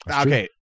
Okay